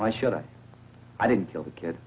why should i i didn't kill the kid